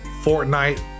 Fortnite